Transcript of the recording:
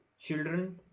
children